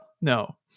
No